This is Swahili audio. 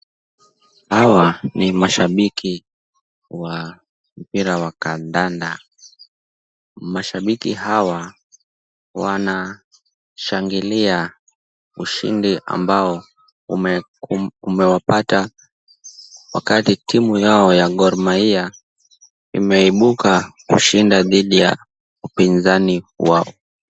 Hawa ni mashabiki wa mpira wa kadanda. Mashabiki hawa wanashangilia ushindi ambao umewapata wakati timu yao ya Gormahia umeibuka kushinda dhidi ya wapinzani wao.